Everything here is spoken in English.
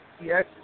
Yes